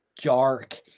dark